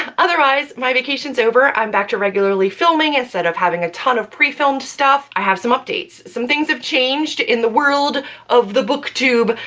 otherwise, my vacation's over. i'm back to regularly filming instead of having a ton of pre-filmed stuff. i have some updates, some things have changed in the world of the booktube,